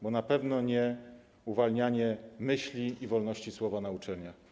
Bo na pewno nie uwalnianie myśli i wolności słowa na uczelniach.